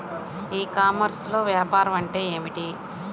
ఈ కామర్స్లో వ్యాపారం అంటే ఏమిటి?